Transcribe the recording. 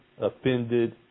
offended